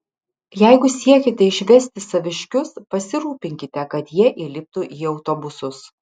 jeigu siekiate išvesti saviškius pasirūpinkite kad jie įliptų į autobusus